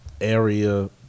Area